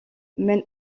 mène